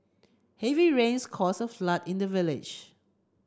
heavy rains caused a flood in the village